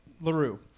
LaRue